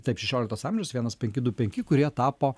taip šešioliktas amžius vienas penki du penki kurie tapo